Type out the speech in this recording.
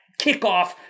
kickoff